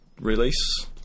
release